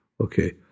Okay